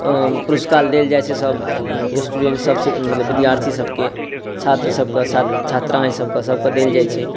पुरस्कार देल जाइ छै सभ स्टूडेंट् सभ मतलब विद्यार्थी सभके छात्र सभके छात्राओ सभके सभके देल जाइ छै